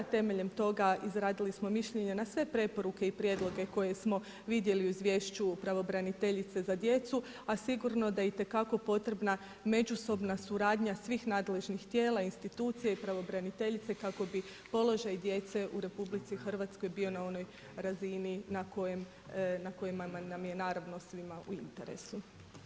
Temeljem toga, izradili smo mišljenje na sve preporuke i prijedloge koje smo vidjeli u izvješću Pravobraniteljice za djecu, a sigurno da itekako potrebna međusobna suradnja, svih nadležnih tijela, institucija i pravobraniteljice kako bi položaj djece u RH, bio na onoj razini na kojima nam je naravno svima u interesu.